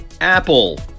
Apple